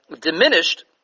diminished